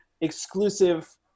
exclusive